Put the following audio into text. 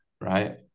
right